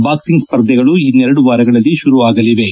boxing ಸ್ವರ್ಧೆಗಳು ಇನ್ತೆರಡು ವಾರಗಳಲ್ಲಿ ಶುರು ಆಗಲಿವೆ